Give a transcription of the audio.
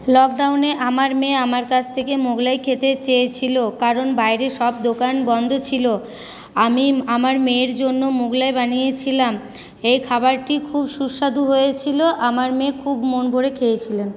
লকডাউনে আমার মেয়ে আমার কাছ থেকে মোগলাই খেতে চেয়েছিল কারণ বাইরে সব দোকান বন্ধ ছিল আমি আমার মেয়ের জন্য মোগলাই বানিয়েছিলাম এই খাবারটি খুব সুস্বাদু হয়েছিল আমার মেয়ে খুব মন ভরে খেয়েছিল